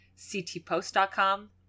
CTPost.com